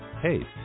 Hey